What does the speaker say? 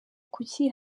kuki